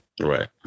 Right